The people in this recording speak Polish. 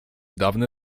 dawne